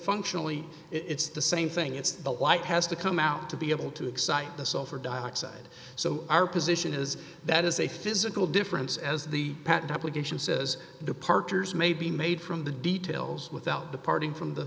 functionally it's the same thing it's the light has to come out to be able to excite the sulfur dioxide so our position is that is a physical difference as the patent application says departures may be made from the details without the parting